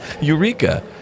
eureka